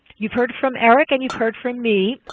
you've heard from eric and you've heard from me.